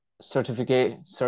certificate